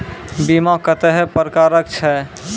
बीमा कत्तेक प्रकारक छै?